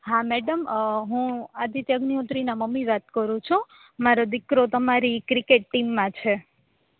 હા મેડમ હું આદિત્ય અગ્નિહોત્રીના મમ્મી વાત કરું છું મારો દીકરો તમારી ક્રિકેટ ટીમમાં છે